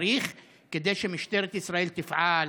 כדי שמשטרת ישראל תפעל,